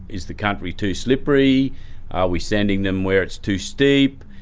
is the country too slippery, are we sending them where it's too steep,